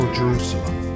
Jerusalem